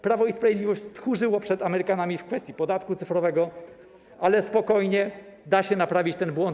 Prawo i Sprawiedliwość stchórzyło przed Amerykanami w kwestii podatku cyfrowego, ale spokojnie, da się naprawić ten błąd.